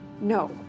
No